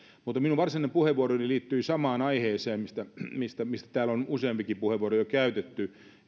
mutta minun varsinainen puheenvuoroni liittyy samaan aiheeseen mistä mistä täällä on useampikin puheenvuoro jo käytetty